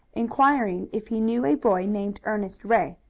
inquiring if he knew a boy named ernest ray,